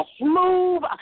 move